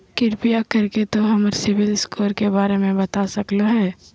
कृपया कर के तों हमर सिबिल स्कोर के बारे में बता सकलो हें?